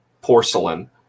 porcelain